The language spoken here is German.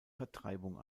vertreibung